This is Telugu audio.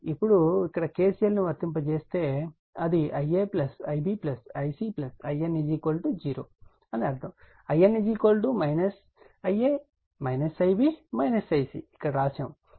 ఇప్పుడు ఇక్కడ kcl ను వర్తింపజేస్తే అది In Ia Ib Ic 0 అని అర్ధం In Ia Ib Ic అని ఇక్కడ వ్రాయబడినది